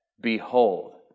Behold